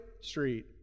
street